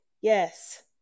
yes